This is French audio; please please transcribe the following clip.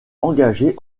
engagé